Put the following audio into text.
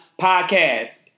podcast